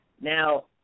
Now